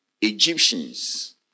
Egyptians